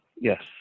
yes